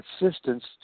assistance